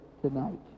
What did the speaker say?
tonight